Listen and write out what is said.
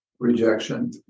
Rejection